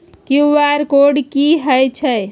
QR code कि हई छई?